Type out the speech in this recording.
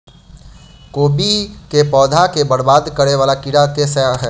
कोबी केँ पौधा केँ बरबाद करे वला कीड़ा केँ सा है?